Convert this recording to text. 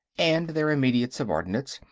and their immediate subordinates,